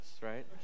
right